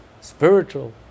spiritual